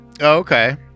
Okay